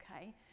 okay